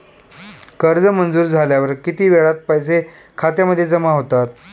कर्ज मंजूर झाल्यावर किती वेळात पैसे खात्यामध्ये जमा होतात?